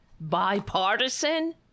Bipartisan